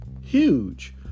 huge